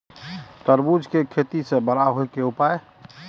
तरबूज के तेजी से बड़ा होय के उपाय?